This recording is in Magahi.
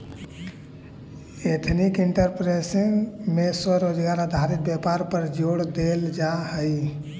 एथनिक एंटरप्रेन्योरशिप में स्वरोजगार आधारित व्यापार पर जोड़ देल जा हई